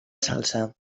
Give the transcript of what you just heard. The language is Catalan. salsa